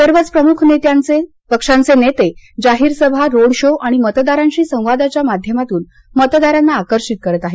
सर्वच प्रमुख पक्षांचे नेते जाहीर सभा रोड शो आणि मतदारांशी संवादाच्या माध्यमातून मतदारांना आकर्षित करत आहेत